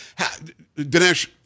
Dinesh